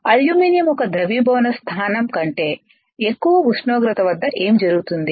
aluminium యొక్క ద్రవీభవన స్థానం కంటే ఎక్కువ ఉష్ణోగ్రత వద్ద ఏమి జరుగుతుంది